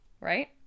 Right